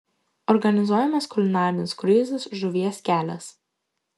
organizuojamas kulinarinis kruizas žuvies kelias